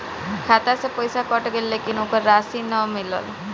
खाता से पइसा कट गेलऽ लेकिन ओकर रशिद न मिलल?